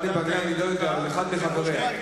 אחד מחבריה.